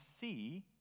see